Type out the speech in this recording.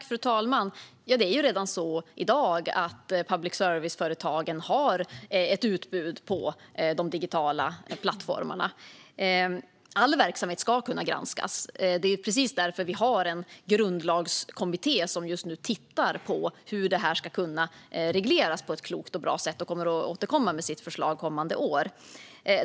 Fru talman! Public service-företagen har ju redan i dag ett utbud på de digitala plattformarna. All verksamhet ska kunna granskas. Det är precis därför vi har en grundlagskommitté som just nu tittar på hur det här ska kunna regleras på ett klokt och bra sätt. Kommittén kommer att återkomma med sitt förslag kommande år.